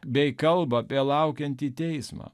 bei kalba apie laukiantį teismą